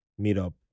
meetup